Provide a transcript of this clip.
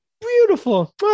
Beautiful